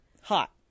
Hot